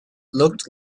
looked